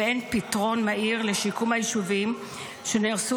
והן פתרון מהיר לשיקום היישובים שנהרסו